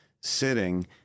sitting